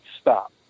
stop